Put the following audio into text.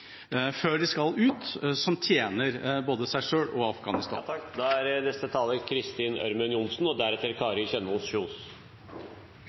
før de skal ut, som tjener både dem selv og Afghanistan? Asylpolitikken må være forutsigbar og